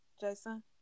Jason